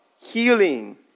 healing